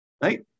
right